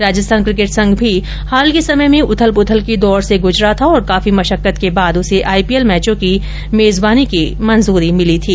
Rajasthan cricket संघ भी हाल के समय में उथल पुथल के दौर से गुजरा था और काफी मशक्कत के बाद उसे आईपीएल मैचों की मेजबानी की मंजूरी मिली थी